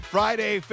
Friday